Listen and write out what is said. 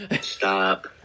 Stop